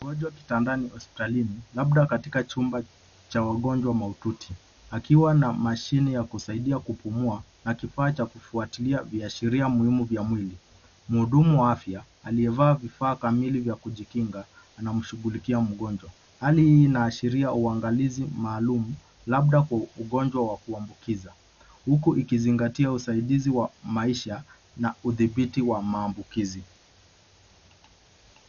Mgonjwa kitandani hospitalini labda katika chumba cha wagonjwa mahututi akiwa na mashine ya kusaidia kupumua na kifaa cha kufuatilia viashiria muhimu vya mwili. Mhudumu wa afya aliyevaa vifaa kamili vya kujikinga anamshughulikia mgonjwa. Hali hii sheria uangalizi maalum labda kwa ugonjwa wa kuambukiza huku ikizingatia usaidizi wa maisha na udhibiti wa maambukizi.